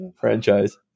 franchise